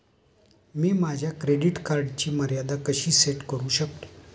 मी माझ्या क्रेडिट कार्डची मर्यादा कशी सेट करू शकतो?